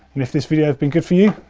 and if this video's been good for you,